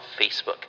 facebook